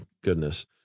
goodness